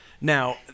Now